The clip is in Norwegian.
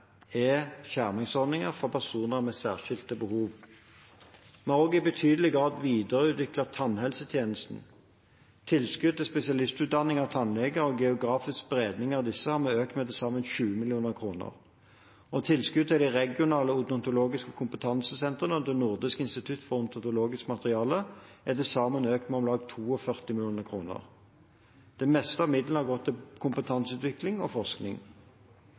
er skjermingsordninger for personer med særskilte behov. Vi har også i betydelig grad videreutviklet tannhelsetjenesten. Tilskuddet til spesialistutdanning av tannleger og geografisk spredning av disse har vi økt med til sammen 20 mill. kr, og tilskuddet til de regionale odontologiske kompetansesentrene og til Nordisk institutt for odontologiske materialer er til sammen økt med om lag 42 mill. kr. Det meste av midlene har gått til kompetanseutvikling og forskning.